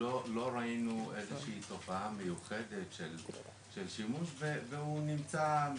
לא ראינו איזושהי תופעה מיוחדת של שימוש והוא נמצא,